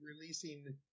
releasing